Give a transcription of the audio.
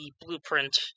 blueprint